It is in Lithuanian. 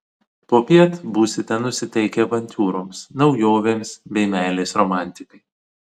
popiet būsite nusiteikę avantiūroms naujovėms bei meilės romantikai